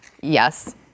Yes